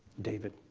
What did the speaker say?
david.